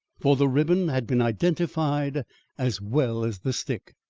for the ribbon had been identified as well as the stick.